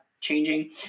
changing